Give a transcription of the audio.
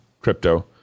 crypto